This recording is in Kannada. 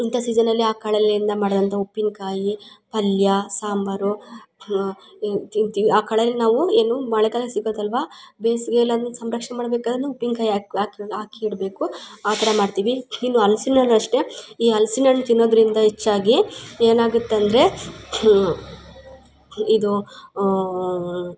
ಇಂಥ ಸೀಸನಲ್ಲಿ ಆ ಕಳಲೆಯಿಂದ ಮಾಡ್ದಂಥ ಉಪ್ಪಿನ ಕಾಯಿ ಪಲ್ಯ ಸಾಂಬಾರು ಇನ್ನು ತಿಂತಿವಿ ಆ ಕಳಲೆಯನ್ನು ನಾವು ಏನು ಮಳೆಗಾಲ ಸಿಗೋದಲ್ವ ಬೇಸ್ಗೆಯಲ್ಲಿ ಅದ್ನ ಸಂರಕ್ಷಣೆ ಮಾಡ್ಬೇಕಾರು ಉಪ್ಪಿನ ಕಾಯಿ ಹಾಕ್ ಹಾಕಿ ಹಾಕಿ ಇಡಬೇಕು ಆ ಥರ ಮಾಡ್ತೀವಿ ಇನ್ನು ಹಲ್ಸಿನ ಹಣ್ಣು ಅಷ್ಟೇ ಈ ಹಲ್ಸಿನ ಹಣ್ಣು ತಿನ್ನೋದರಿಂದ ಹೆಚ್ಚಾಗಿ ಏನಾಗುತ್ತಂದರೆ ಇದು